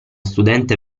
studente